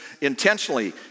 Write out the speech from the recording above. intentionally